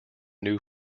new